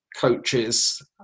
coaches